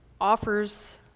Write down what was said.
offers